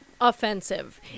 offensive